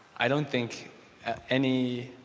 i don't think any